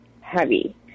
heavy